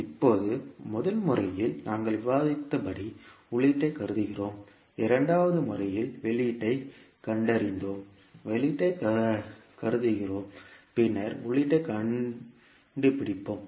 இப்போது முதல் முறையில் நாங்கள் விவாதித்தபடி உள்ளீட்டைக் கருதுகிறோம் இரண்டாவது முறையில் வெளியீட்டைக் கண்டறிந்தோம் வெளியீட்டைக் கருதுகிறோம் பின்னர் உள்ளீட்டைக் கண்டுபிடிப்போம்